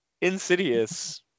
Insidious